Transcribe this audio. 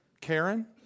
Karen